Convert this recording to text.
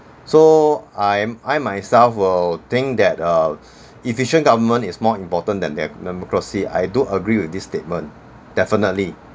so I'm I myself will think that uh efficient government is more important than their democracy I do agree with this statement definitely